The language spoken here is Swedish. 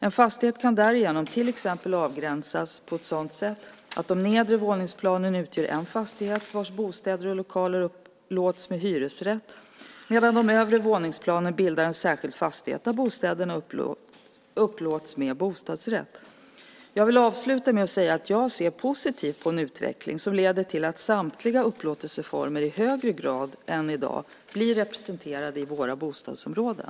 En fastighet kan därigenom till exempel avgränsas på ett sådant sätt att de nedre våningsplanen utgör en fastighet vars bostäder och lokaler upplåts med hyresrätt medan de övre våningsplanen bildar en särskild fastighet där bostäderna upplåts med bostadsrätt. Jag vill avsluta med att säga att jag ser positivt på en utveckling som leder till att samtliga upplåtelseformer i högre grad än i dag blir representerade i våra bostadsområden.